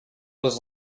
was